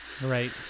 right